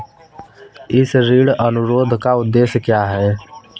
इस ऋण अनुरोध का उद्देश्य क्या है?